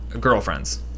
girlfriends